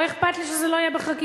לא אכפת לי שזה לא יהיה בחקיקה.